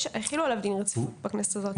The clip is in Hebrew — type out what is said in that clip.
החילו עליו דין רציפות בכנסת הזו.